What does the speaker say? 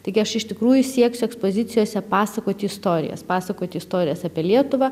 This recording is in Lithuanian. taigi aš iš tikrųjų sieksiu ekspozicijose pasakoti istorijas pasakoti istorijas apie lietuvą